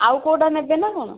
ଆଉ କେଉଁ'ଟା ନେବେ ନା କଣ